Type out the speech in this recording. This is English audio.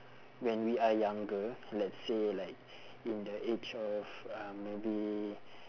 when we are younger let's say like in the age of um maybe